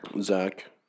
Zach